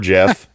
Jeff